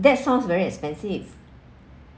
that sounds very expensive